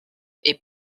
est